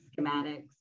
schematics